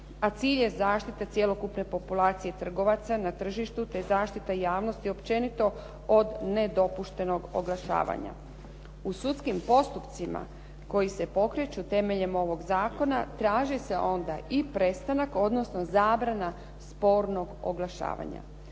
a cilj je zaštita cjelokupne populacije trgovaca na tržištu, te zaštita javnosti općenito od nedopuštenog oglašavanja. U sudskim postupcima koji se pokreću temeljem ovog zakona traže se onda i prestanak, odnosno zabrana spornog oglašavanja.